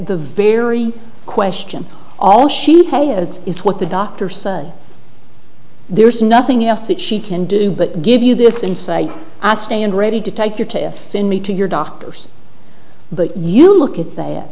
the very question all she has is what the doctor said there's nothing else that she can do but give you this and say i stand ready to take your tests in meeting your doctor's but you look at that